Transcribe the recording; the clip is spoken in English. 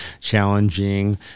challenging